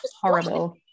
horrible